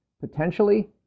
potentially